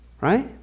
Right